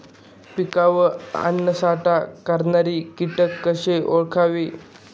पिकावर अन्नसाठा करणारे किटक कसे ओळखावे?